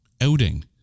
outing